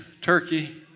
turkey